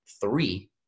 three